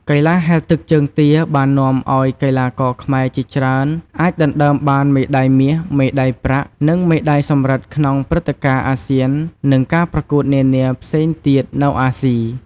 កីឡាហែលទឹកជើងទាបាននាំឱ្យកីឡាករខ្មែរជាច្រើនអាចដណ្តើមបានមេដាយមាស មេដាយប្រាក់ និងមេដាយសំរឹទ្ធក្នុងព្រឹត្តិការណ៍អាស៊ាន និងការប្រកួតនានាផ្សេងទៀតនៅអាស៊ី។